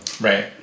Right